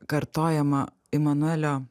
kartojama imanuelio